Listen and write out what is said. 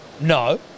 No